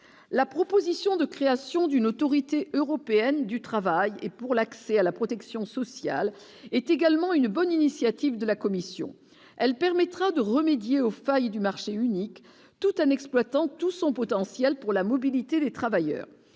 la proposition de création d'une autorité européenne du travail et pour l'accès à la protection sociale est également une bonne initiative de la Commission, elle permettra de remédier aux failles du marché unique, tout un exploitant tout son potentiel pour la mobilité des travailleurs,